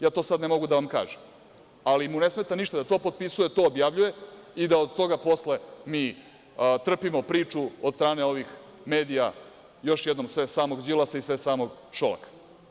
Ja to ne mogu sada da vam kažem, ali mu ne smeta ništa da to potpisuje, to objavljuje i da od tog posle mi trpimo priču od strane ovih medija, još jednom, sve samog Đilasa i sve samog Šolaka.